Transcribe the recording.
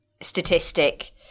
statistic